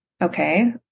Okay